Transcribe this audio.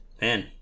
man